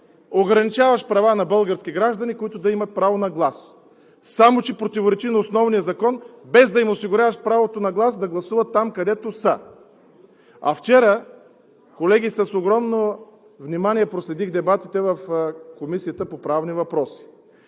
ограничаваш права на български граждани, които имат право на глас, само че противоречи на основния закон – без да им осигуряваш правото на глас, да гласуват там, където са. Колеги, вчера с огромно внимание проследих дебатите в Комисията по правни въпроси.